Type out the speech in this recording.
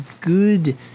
good